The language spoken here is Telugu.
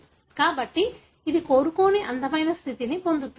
కాబట్టి ఇది కోరుకోని అందమైన స్థితిని పొందుతుంది